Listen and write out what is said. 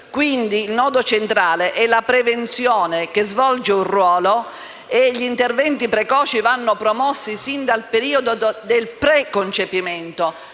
Quindi, il nodo centrale è la prevenzione, che svolge un ruolo importante: gli interventi precoci vanno promossi sin dal periodo del preconcepimento.